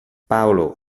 paolo